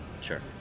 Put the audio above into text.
Sure